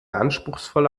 anspruchsvolle